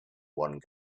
one